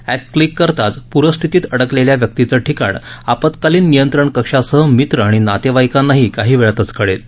app click करताच पुरस्थिती अडकलेल्या व्यक्तीचं ठिकाण आपत्कालीन नियंत्रण कक्षासह मित्र आणि नातेवाईकांना काही वेळातचं कळेल